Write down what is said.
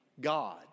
God